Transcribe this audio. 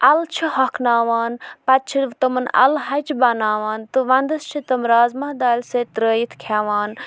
اَلہٕ چھِ ہۄکھناوان پَتہٕ چھِ تِمَن اَلہٕ ہَچہِ بَناوان تہٕ وَندَس چھِ تِم رازمہ دالہِ سۭتۍ ترٛٲیِتھ کھٮ۪وان